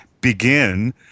begin